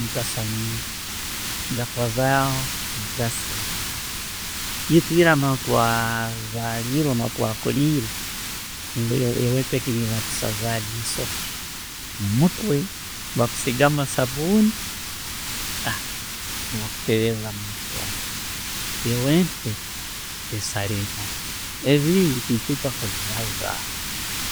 Eitwe nuho twazallirwe, twakuliire, ewempe egyo niiyo batusazaga eisoke mumutwe. Basigamu esaabuni, nibakutereza mukyoma. Ewempe ne sara enono, ebindi tinkwijja kubibaaza.